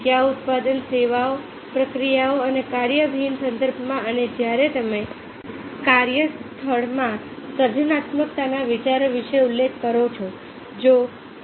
કયા ઉત્પાદન સેવાઓ પ્રક્રિયાઓ અને કાર્યવાહીના સંદર્ભમાં અને જ્યારે તમે કાર્યસ્થળમાં સર્જનાત્મકતાના વિચારો વિશે ઉલ્લેખ કરો છો